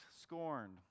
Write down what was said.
scorned